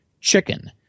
chicken